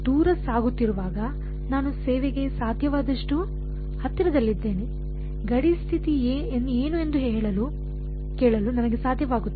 ದೂರ ಸಾಗುತ್ತಿರುವಾಗ ನಾನು ಸೇವೆಗೆ ಸಾಧ್ಯವಾದಷ್ಟು ಹತ್ತಿರದಲ್ಲಿದ್ದೇನೆ ಗಡಿ ಸ್ಥಿತಿ ಏನು ಎಂದು ಕೇಳಲು ನನಗೆ ಸಾಧ್ಯವಾಗುತ್ತದೆ